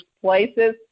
places